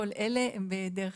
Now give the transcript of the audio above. כל אלה הם בהיעדר חקיקה,